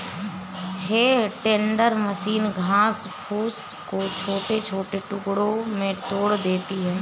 हे tender machine घास फूस को छोटे छोटे टुकड़ों में तोड़ देती है